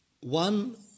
One